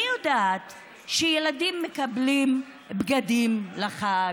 אני יודעת שילדים מקבלים בגדים לחג,